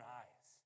eyes